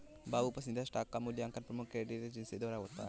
बाबू पसंदीदा स्टॉक का मूल्यांकन प्रमुख क्रेडिट एजेंसी द्वारा होता है